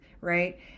right